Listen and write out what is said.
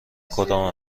کدام